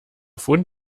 fund